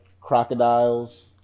crocodiles